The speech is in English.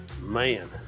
Man